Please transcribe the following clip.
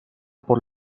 por